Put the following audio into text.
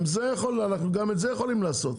גם את זה יכולים לעשות.